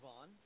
on